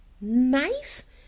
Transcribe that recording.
Nice